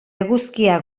eguzkia